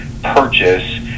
Purchase